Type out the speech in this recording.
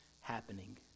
happening